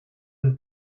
une